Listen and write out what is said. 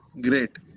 great